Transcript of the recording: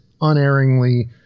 unerringly